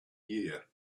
year